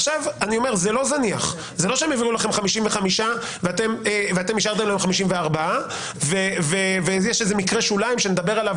זה לא שהם הביאו לכם 55 ואתם אישרתם להם 54 ויש מקרה שוליים שנדבר עליו.